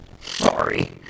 sorry